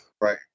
Right